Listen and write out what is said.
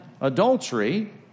adultery